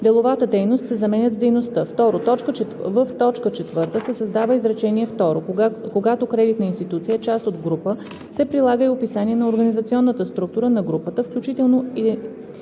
„деловата дейност“ се заменят с „дейността“. 2. В т. 4 се създава изречение второ: „Когато кредитна институция е част от група се прилага и описание на организационната структура на групата, включително